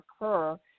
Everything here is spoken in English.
occur